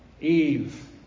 Eve